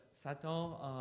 Satan